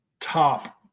top